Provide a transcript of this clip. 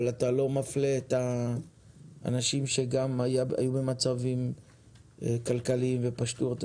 אבל אתה לא מפלה אנשים שהיו במצבים כלכליים ופשטו רגל.